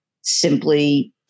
simply